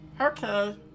Okay